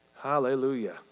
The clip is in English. Hallelujah